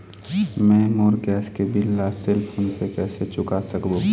मैं मोर गैस के बिल ला सेल फोन से कइसे चुका सकबो?